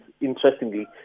interestingly